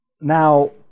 now